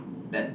that